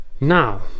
Now